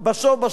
בסוף-בסוף,